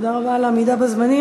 תודה רבה על העמידה בזמנים.